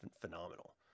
phenomenal